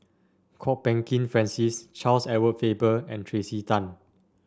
Kwok Peng Kin Francis Charles Edward Faber and Tracey Tan